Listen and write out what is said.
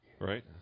Right